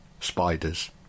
spiders